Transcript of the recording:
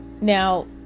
now